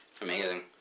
Amazing